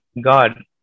God